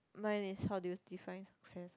mine is how do you define success